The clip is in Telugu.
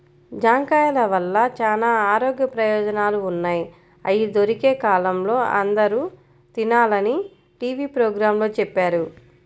జాంకాయల వల్ల చానా ఆరోగ్య ప్రయోజనాలు ఉన్నయ్, అయ్యి దొరికే కాలంలో అందరూ తినాలని టీవీ పోగ్రాంలో చెప్పారు